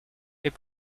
fait